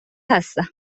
هستم